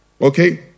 Okay